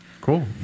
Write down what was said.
Cool